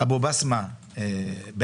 אבו בסמה בעבר,